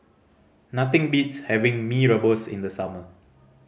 nothing beats having Mee Rebus in the summer